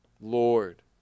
Lord